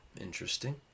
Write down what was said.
interesting